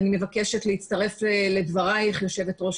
אני מבקשת להצטרף לדבריך יושבת ראש